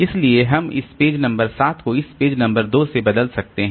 इसलिए हम इस पेज नंबर 7 को इस पेज नंबर 2 से बदल सकते हैं